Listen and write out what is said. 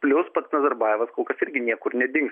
plius pats nazarbajevas kol kas irgi niekur nedings